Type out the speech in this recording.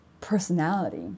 personality